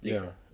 ya